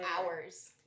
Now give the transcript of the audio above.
hours